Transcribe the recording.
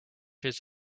his